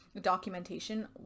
documentation